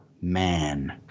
man